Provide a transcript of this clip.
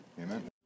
Amen